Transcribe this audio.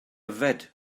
yfed